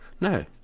No